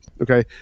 Okay